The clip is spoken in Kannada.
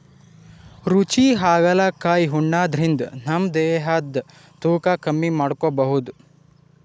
ರುಚಿ ಹಾಗಲಕಾಯಿ ಉಣಾದ್ರಿನ್ದ ನಮ್ ದೇಹದ್ದ್ ತೂಕಾ ಕಮ್ಮಿ ಮಾಡ್ಕೊಬಹುದ್